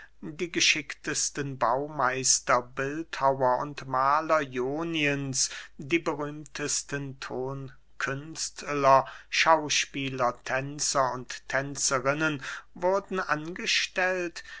die geschicktesten baumeister bildhauer und mahler ioniens die berühmtesten tonkünstler schauspieler tänzer und tänzerinnen wurden angestellt